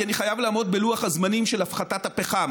כי אני חייב לעמוד בלוח הזמנים של הפחתת הפחם